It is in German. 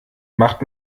macht